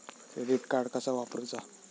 Credit card कसा वापरूचा?